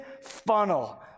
funnel